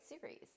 series